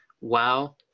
wow